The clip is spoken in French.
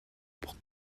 pour